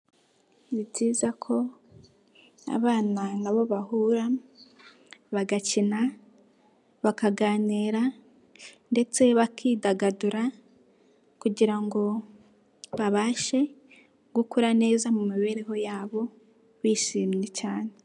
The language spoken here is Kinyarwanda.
Ni byiza ko abana nabo bahura bagakina bakaganira ndetse bakidagadura kugira ngo babashe gukura neza mu mibereho yabo bishimye cyane.